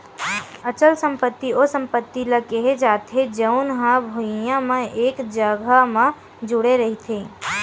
अचल संपत्ति ओ संपत्ति ल केहे जाथे जउन हा भुइँया म एक जघा म जुड़े रहिथे